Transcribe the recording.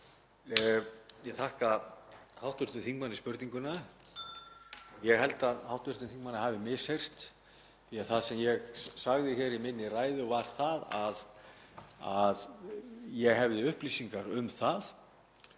Ég þakka hv. þingmanni spurninguna. Ég held að hv. þingmanni hafi misheyrst. Það sem ég sagði í ræðu minni var að ég hefði upplýsingar um að